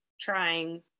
trying